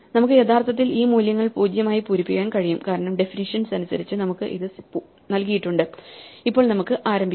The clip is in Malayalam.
നമുക്ക് യഥാർത്ഥത്തിൽ ആ മൂല്യങ്ങൾ 0 ആയി പൂരിപ്പിക്കാൻ കഴിയും കാരണം ഡെഫിനിഷ്യൻസ് അനുസരിച്ച് നമുക്ക് അത് നൽകിയിട്ടുണ്ട് ഇപ്പോൾ നമുക്ക് ആരംഭിക്കാ